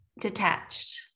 detached